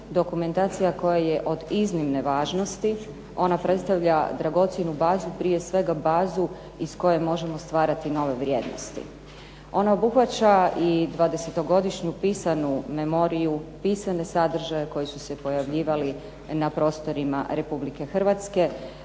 dokumentacija koja je od iznimne važnosti. Ona predstavlja dragocjenu bazu, prije svega bazu iz koje možemo stvarati nove vrijednosti. Ona obuhvaća i dvadesetogodišnju pisanu memoriju, pisane sadržaje koji su se pojavljivali na prostorima Republike Hrvatske,